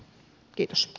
kiitos